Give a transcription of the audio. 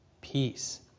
peace